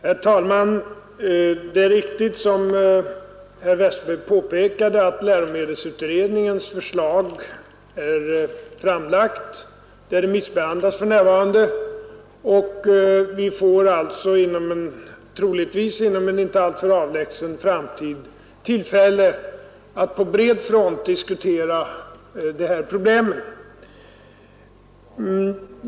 Herr talman! Det är riktigt som herr Westberg påpekade att läromedelsutredningens förslag är framlagt. Det remissbehandlas för närvarande, och inom en inte alltför avlägsen framtid får vi troligtvis tillfälle att på bred front diskutera de här problemen.